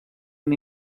una